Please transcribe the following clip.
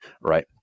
right